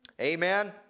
Amen